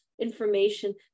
information